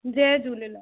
Jay Jhulelal